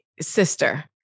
sister